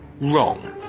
Wrong